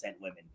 women